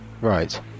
Right